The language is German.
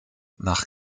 nach